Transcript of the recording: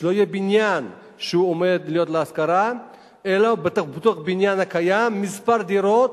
שלא יהיה בניין להשכרה אלא בתוך בניין קיים יהיו מספר דירות,